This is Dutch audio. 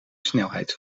snelheid